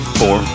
four